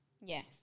Yes